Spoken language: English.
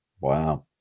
wow